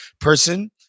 person